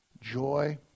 joy